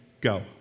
go